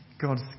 God's